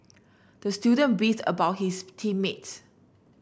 the student beefed about his team mates